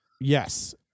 yes